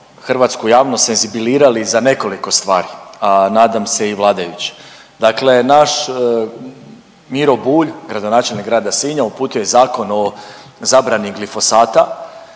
hrvatsku javnost senzibilirali za nekoliko stvari nadam se i vladajuće. Dakle, naš Miro Bulj, gradonačelnik Grada Sinja uputio je Zakon o zabrani glifosata